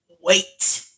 Wait